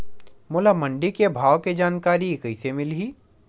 मोला मंडी के भाव के जानकारी कइसे मिलही?